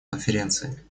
конференции